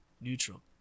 Neutral